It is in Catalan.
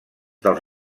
dels